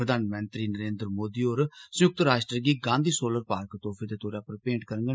प्रधानमंत्री नरेन्द्र मोदी होर संयुक्त राष्ट्र गी गांधी सोलर पार्क तोहफे दे तौर उप्पर भेंट करङन